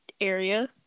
area